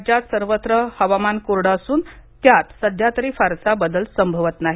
राज्यात सर्वत्र हवामान कोरडं असून त्यात सध्यातरी फारसा बदल संभवत नाही